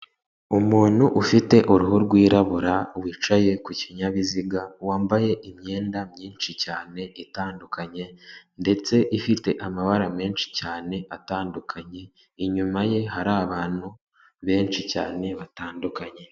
Umuntu ufite uruhu rwirabura wicaye ku kinyabiziga wambaye imyenda myinshi cyane itandukanye ndetse ifite amabara menshi cyane atandukanye inyuma ye hari abantu benshi cyane batandukanye.